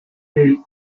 del